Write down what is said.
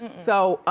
so